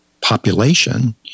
population